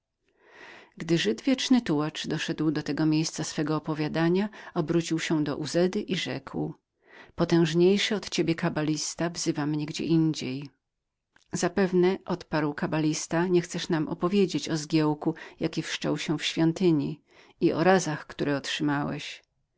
gdy żyd wieczny tułacz doszedł do tego miejsca swego opowiadania obrócił się do uzedy i rzekł potężniejszy od ciebie kabalista wzywa mnie gdzieindziej zapewne odparł kabalista niechcesz nam opowiedzieć wrzawy jaka wszczęła się w świątyni i razów które otrzymałeś